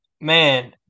man